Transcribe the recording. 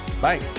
Bye